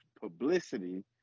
publicity